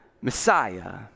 Messiah